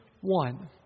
one